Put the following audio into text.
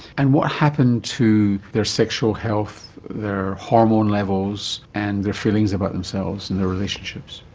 and what happened to their sexual health, their hormone levels and their feelings about themselves and their relationships?